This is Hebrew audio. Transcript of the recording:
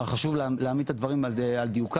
אבל חשוב להעמיד את הדברים על דיוקם,